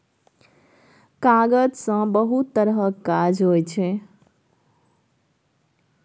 कागज सँ बहुत तरहक काज होइ छै